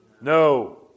No